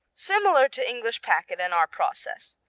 similar to english packet and our process.